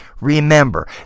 Remember